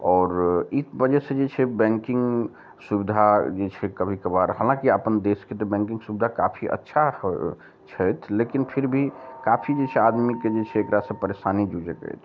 आओर ई बजह से जे छै बैंकिंग सुविधा जे छै कभी कभार हालाँकि आपन देश के तऽ बैंकिंग सुविधा काफी अच्छा छै लेकिन फिर भी काफी जे छै आदमीके जे छै एकरा सऽ परेशानी जूझैत अछि